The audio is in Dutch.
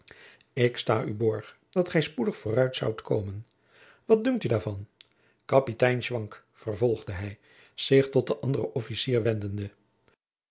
ik sta u borg dat gij spoedig vooruit zoudt komen wat dunkt u daarvan kapitein schwanck vervolgde hij zich tot den anderen officier wendende